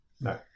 no